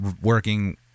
working